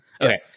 okay